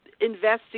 investigate